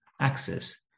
access